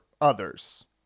others